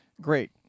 great